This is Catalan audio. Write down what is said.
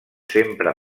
sempre